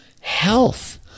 health